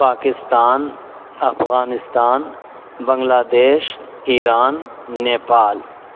Pakistan Afghanistan Bangladesh Iran Nepal